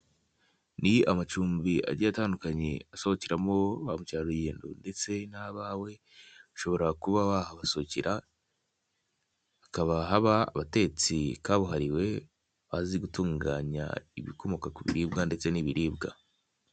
Ni amacumbi agiye atandukanye asohokeremo bamukererugendo ndetse n'abawe ushobora kuba wahabasohokera hakaba haba abatetsi kabuhariwe bazi gutunganya ibikomoka ku biribwa ndetse n'ibiribwa.